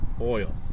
oil